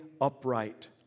upright